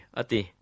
ati